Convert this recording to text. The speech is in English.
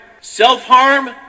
Self-harm